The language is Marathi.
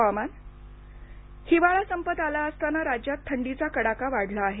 हवामान हिवाळा संपत आला असताना राज्यात थंडीचा कडाका वाढला आहे